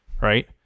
right